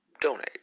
Donate